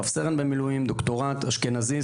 אני רב סרן במילואים, דוקטורנט, אשכנזי,